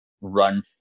run